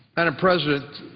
and president,